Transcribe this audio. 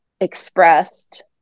expressed